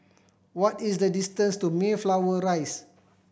what is the distance to Mayflower Rise